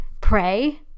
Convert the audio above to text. Pray